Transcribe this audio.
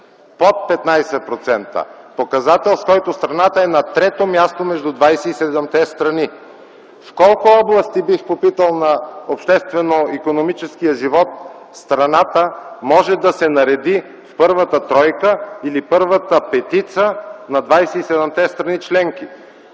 Под 15% - показател, с който страната е на трето място между 27-те страни. Бих попитал: в колко области на обществено-политическия живот страната може да се нареди в първата тройка или в първата петица на 27-те страни членки?!